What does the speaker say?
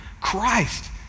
Christ